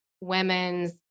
women's